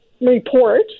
report